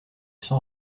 sans